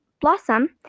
blossom